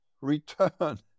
return